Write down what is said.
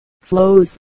flows